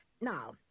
Now